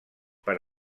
per